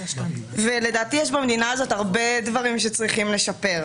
לדעתי יש במדינה הזאת הרבה דברים שצריכים לשפר.